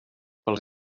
pels